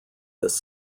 this